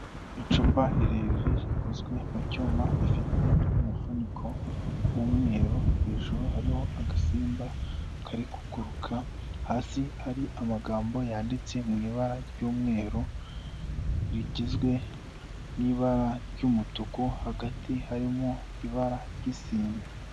Icupa rirerire rikozwe mu cyuma rifite umufuniko w'umweru hejuru hariho agasimba kari kuguruka, hasi hari amagambo yanditse mu ibara ry'umweru rigizwe n'ibara ry'umutuku hagati harimo ibara ry'isine.